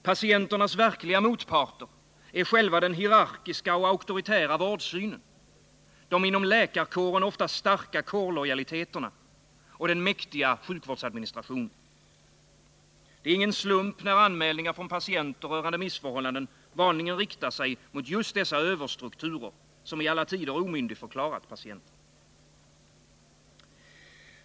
Patienternas verkliga motparter är själva den hierarkiska och auktoritära vårdsynen, de inom läkarkåren ofta starka kårlojaliteterna och den mäktiga sjukvårdsadministrationen. Det är ingen slump, när anmälningar från patienter rörande missförhållanden vanligen riktar sig mot just dessa överstrukturer, som i alla tider omyndigförklarat patienterna.